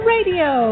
Radio